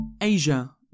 Asia